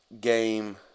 game